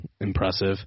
impressive